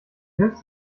nimmst